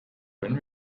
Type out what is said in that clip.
wenn